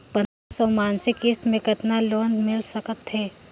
पंद्रह सौ मासिक किस्त मे कतका तक लोन मिल सकत हे?